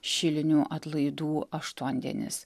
šilinių atlaidų aštuondienis